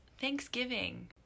thanksgiving